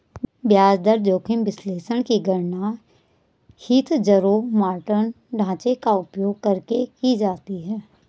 ब्याज दर जोखिम विश्लेषण की गणना हीथजारोमॉर्टन ढांचे का उपयोग करके की जाती है